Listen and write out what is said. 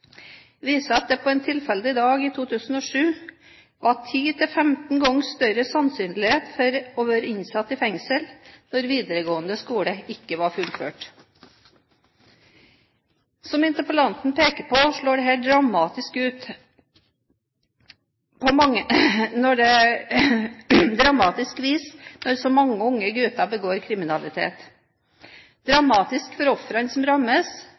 viser at det på en tilfeldig dag i 2007 var 10–15 ganger større sannsynlighet for å være innsatt i fengsel når videregående skole ikke var fullført. Som interpellanten peker på, slår dette ut på dramatisk vis når så mange unge gutter begår kriminalitet – dramatisk for ofrene som rammes,